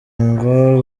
ngo